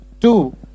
two